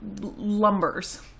lumbers